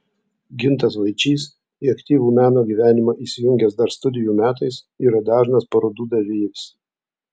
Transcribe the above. gintas vaičys į aktyvų meno gyvenimą įsijungęs dar studijų metais yra dažnas parodų dalyvis